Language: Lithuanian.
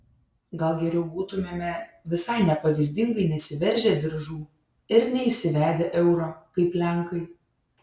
gal geriau būtumėme visai nepavyzdingai nesiveržę diržų ir neįsivedę euro kaip lenkai